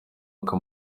uko